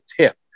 tip